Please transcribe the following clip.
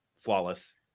flawless